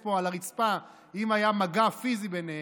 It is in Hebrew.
פה על הרצפה אם היה מגע פיזי ביניהם,